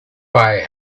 fire